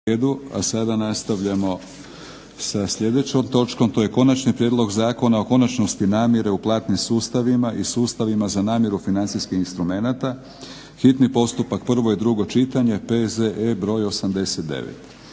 se stvore uvjeti. **Šprem, Boris (SDP)** Konačni prijedlog Zakona o konačnosti namjere u platnim sustavima i sustavima za namjeru financijskih instrumenata, hitni postupak, prvo i drugo čitanje, P.Z.E.br. 89.